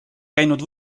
käinud